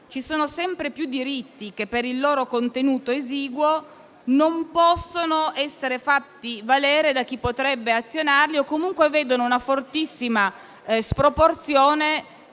ci sono sempre più diritti che, per il loro contenuto esiguo, non possono essere fatti valere da chi potrebbe azionarli o che comunque vedono una fortissima sproporzione